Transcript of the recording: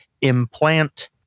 implant